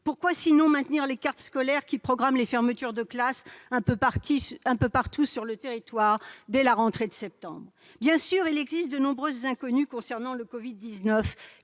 Pourquoi, sinon, maintenir les cartes scolaires qui programment des fermetures de classes, un peu partout sur le territoire, dès la rentrée de septembre ? Bien sûr, il existe de nombreuses inconnues concernant le Covid-19